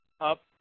up